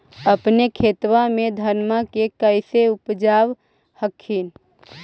अपने खेतबा मे धन्मा के कैसे उपजाब हखिन?